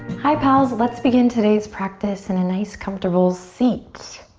hi, pals. let's begin today's practice in a nice comfortable seat.